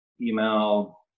email